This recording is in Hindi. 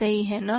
सही है ना